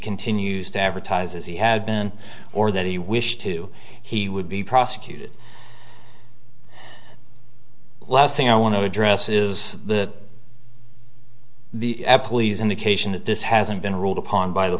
continues to advertise as he had been or that he wished to he would be prosecuted last thing i want to address is the the police indication that this hasn't been ruled upon by the